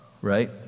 right